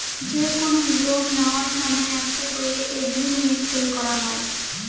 যে কোনো লোন নেওয়ার সময় একটা করে এগ্রিমেন্ট সই করা হয়